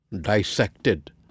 dissected